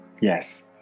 yes